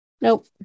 nope